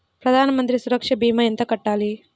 ప్రధాన మంత్రి సురక్ష భీమా ఎంత కట్టాలి?